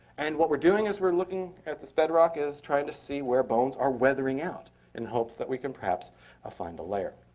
and what we're doing as we're looking at this bedrock is trying to see where bones are weathering out in the hopes that we can perhaps ah find a layer.